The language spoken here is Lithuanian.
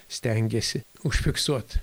stengėsi užfiksuot